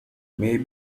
may